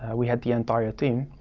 and we had the entire team.